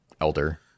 elder